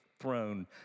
throne